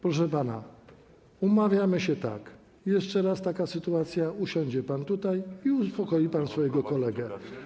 Proszę pana, umawiamy się tak, jeszcze raz będzie taka sytuacja, usiądzie pan tutaj i uspokoi pan swojego kolegę.